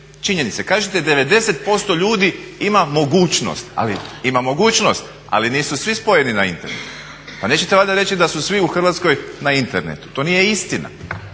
mogućnost, ali ima mogućnost, ali nisu svi spojeni na Internet. Pa nećete valjda reći da su svi u Hrvatskoj na internetu. To nije istina.